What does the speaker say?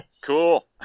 Cool